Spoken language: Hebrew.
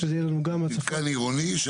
מתקן עירוני?